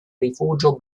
rifugio